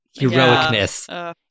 heroicness